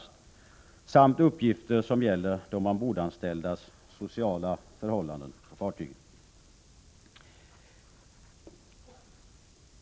Dessutom har verket uppgifter som gäller de ombordanställdas sociala förhållanden på fartygen.